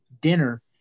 dinner